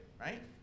right